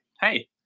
hey